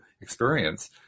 experience